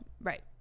right